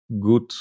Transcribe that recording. good